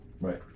Right